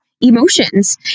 emotions